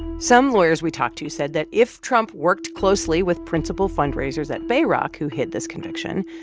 some lawyers we talked to said that if trump worked closely with principal fundraisers at bayrock who hid this connection,